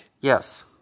Yes